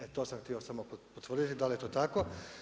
E to sam htio samo potvrditi da li je to tako.